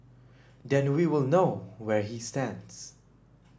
then we will know where he stands